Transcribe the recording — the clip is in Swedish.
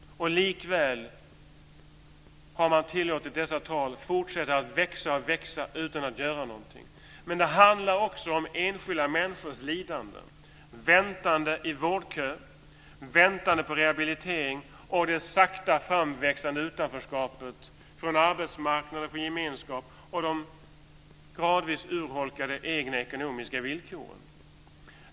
Likväl har man tillåtit dessa tal att fortsätta växa utan att göra någonting. Men det handlar också om enskilda människors lidande, väntande i vårdkö, väntande på rehabilitering och det sakta framväxande utanförskapet, borta från arbetsmarknaden, från gemenskapen, och de gradvis urholkade egna ekonomiska villkoren.